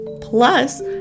Plus